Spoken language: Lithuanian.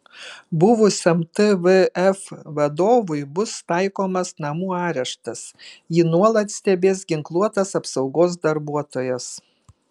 buvusiam tvf vadovui bus taikomas namų areštas jį nuolat stebės ginkluotas apsaugos darbuotojas